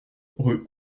rue